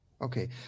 Okay